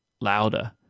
louder